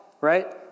right